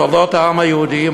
תולדות העם היהודי,